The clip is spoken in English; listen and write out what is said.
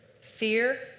fear